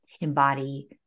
embody